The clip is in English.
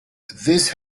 this